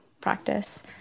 practice